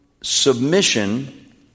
submission